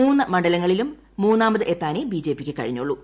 മൂന്നു മണ്ഡലങ്ങളിലും മൂന്നാമതെത്താനേ ബിജെപിക്ക് കഴിഞ്ഞുള്ളൂ